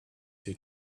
two